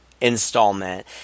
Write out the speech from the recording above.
installment